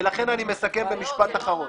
ולכן אני מסכם במשפט אחרון.